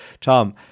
Tom